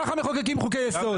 כך מחוקקים חוקי יסוד.